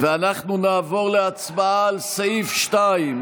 ואנחנו נעבור להצבעה על סעיף 2,